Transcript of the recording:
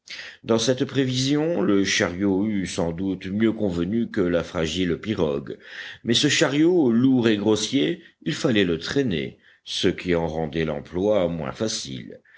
dans cette prévision le chariot eût sans doute mieux convenu que la fragile pirogue mais ce chariot lourd et grossier il fallait le traîner ce qui en rendait l'emploi moins facile